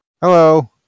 Hello